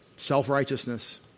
self-righteousness